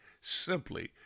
simply